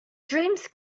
dreams